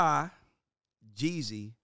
Jeezy